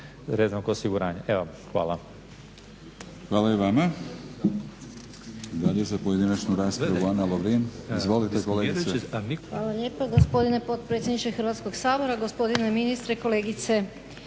**Batinić, Milorad (HNS)** Hvala i vama. Dalje za pojedinačnu raspravu Ana Lovrin. Izvolite kolegice. **Lovrin, Ana (HDZ)** Hvala lijepa gospodine potpredsjedniče Hrvatskoga sabora. Gospodine ministre, kolegice